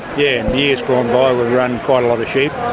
yeah, in years gone by we run quite a lot of sheep.